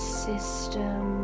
system